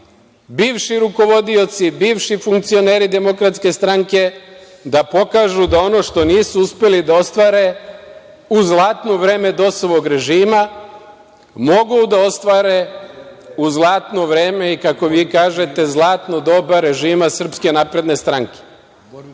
bivši rukovodioci, bivši funkcioneri Demokratske stranke da pokažu da ono što nisu uspeli da ostvare u zlatno vreme DOS režima mogu da ostvare u zlatno vreme i kako vi kažete zlatno doba režima SNS.Godišnji